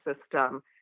system